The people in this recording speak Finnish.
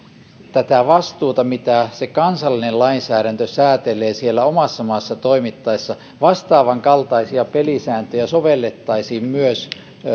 tätä vastuuta mitä se kansallinen lainsäädäntö säätelee siellä omassa maassa toimittaessa vastaavan kaltaisia pelisääntöjä sovellettaisiin myös